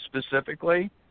specifically